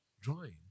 drawing